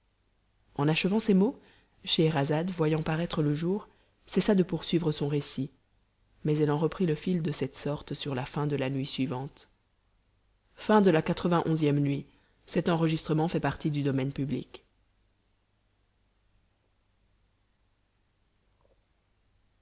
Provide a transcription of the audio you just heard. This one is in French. en achevant ces mots scheherazade voyant paraître le jour cessa de poursuivre son récit mais elle en reprit le fil de cette sorte sur la fin de la nuit suivante xcii nuit